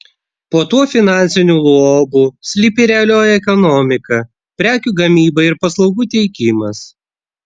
po tuo finansiniu luobu slypi realioji ekonomika prekių gamyba ir paslaugų teikimas